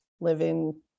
living